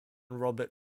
robert